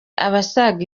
abasaga